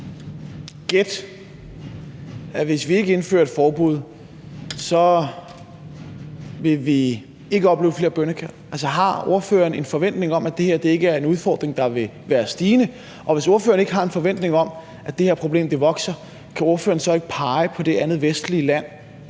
gæt, at vi, hvis vi ikke indfører et forbud, ikke vil opleve flere bønnekald? Altså, har ordføreren en forventning om, at det her ikke er en udfordring, der vil vokse sig større? Og hvis ordføreren ikke har en forventning om, at det her problem vokser, kan ordføreren så pege på det andet vestlige land,